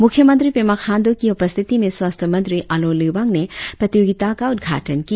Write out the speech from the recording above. मुख्य मंत्री पेमा खाण्डू की उपस्थिति में स्वास्थ्य मंत्री आलो लिबांग ने प्रतियोगिता का उदघाटन किया